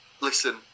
listen